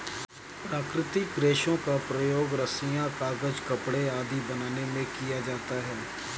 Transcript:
प्राकृतिक रेशों का प्रयोग रस्सियॉँ, कागज़, कपड़े आदि बनाने में किया जाता है